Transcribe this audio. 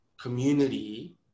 community